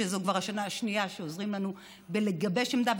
שזו כבר השנה השנייה שעוזרים לנו בלגבש עמדה,